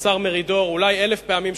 השר מרידור, אולי אלף פעמים.